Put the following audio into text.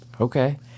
Okay